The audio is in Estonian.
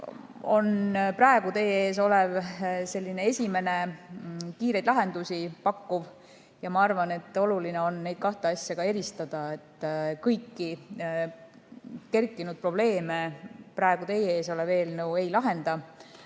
praegu teie ees olev [eelnõu] on selline esimene, kiireid lahendusi pakkuv. Ma arvan, et oluline on neid kahte asja eristada. Kõiki kerkinud probleeme praegu teie ees olev eelnõu ei lahenda,